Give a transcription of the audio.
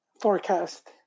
forecast